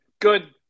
Good